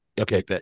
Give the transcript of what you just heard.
okay